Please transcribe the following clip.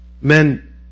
Men